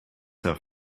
have